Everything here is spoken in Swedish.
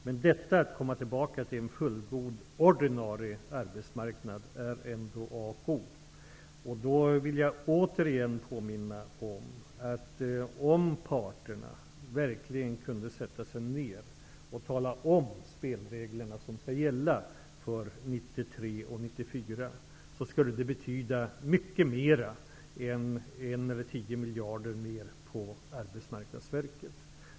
Men att få tillbaka en fullgod ordinarie arbetsmarknad är ändå A och O. Då vill jag återigen påminna om att om parterna verkligen kunde sätta sig ned och tala om de spelregler som skall gälla för 1993 och 1994, skulle det betyda mycket mer än 1 eller 10 miljarder kronor mer till Arbetsmarknadsverket.